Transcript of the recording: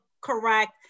correct